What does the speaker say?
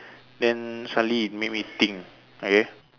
then suddenly it made me think okay